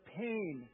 pain